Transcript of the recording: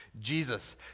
Jesus